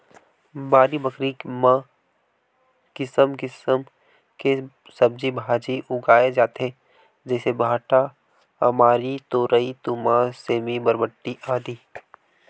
बाड़ी बखरी म किसम किसम के सब्जी भांजी उगाय जाथे जइसे भांटा, अमारी, तोरई, तुमा, सेमी, बरबट्टी, आदि